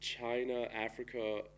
China-Africa